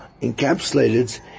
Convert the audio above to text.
encapsulated